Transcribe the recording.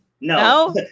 No